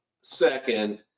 Second